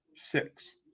Six